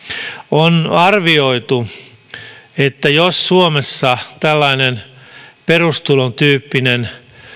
on arvioitu että jos suomessa tällainen perustulon tyyppinen